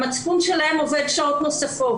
המצפון שלהן עובד שעות נוספות.